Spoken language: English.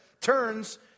turns